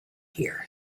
here